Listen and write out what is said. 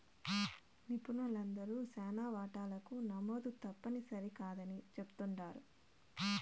నిపుణులందరూ శానా వాటాలకు నమోదు తప్పుని సరికాదని చెప్తుండారు